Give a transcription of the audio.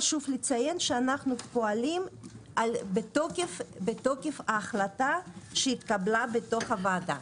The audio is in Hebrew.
חשוב לציין שאנחנו פועלים מתוקף ההחלטה שהתקבלה בוועדה,